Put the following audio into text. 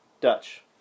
Dutch